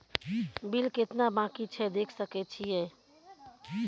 Bill केतना बाँकी छै देख सके छियै?